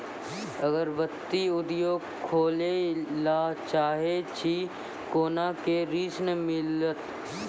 अगरबत्ती उद्योग खोले ला चाहे छी कोना के ऋण मिलत?